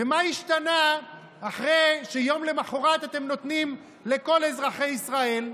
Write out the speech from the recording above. מה השתנה אחרי שיום למוחרת אתם נותנים לכל אזרחי ישראל?